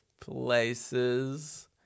places